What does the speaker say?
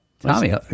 Tommy